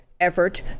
effort